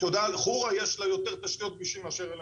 אתה יודע לחורה יש יותר תשתיות כבישים מאשר לנו.